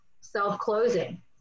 self-closing